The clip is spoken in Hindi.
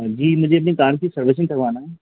जी मुझे अपनी कार की सर्विसिंग करवानी है